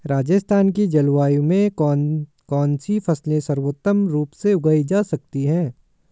राजस्थान की जलवायु में कौन कौनसी फसलें सर्वोत्तम रूप से उगाई जा सकती हैं?